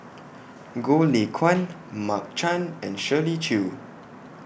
Goh Lay Kuan Mark Chan and Shirley Chew